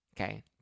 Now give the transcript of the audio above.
Okay